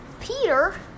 Peter